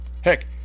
Heck